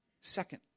Second